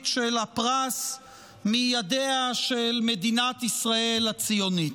של הפרס מידיה של מדינת ישראל הציונית.